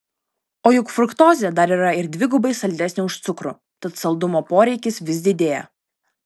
o juk fruktozė dar yra ir dvigubai saldesnė už cukrų tad saldumo poreikis vis didėja